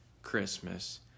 Christmas